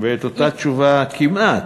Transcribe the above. ואת אותה תשובה כמעט,